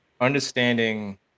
understanding